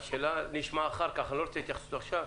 השאלה, ואני לא רוצה התייחסות אליה עכשיו,